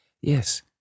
Yes